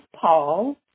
Paul